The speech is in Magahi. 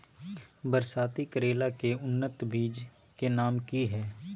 बरसाती करेला के उन्नत बिज के नाम की हैय?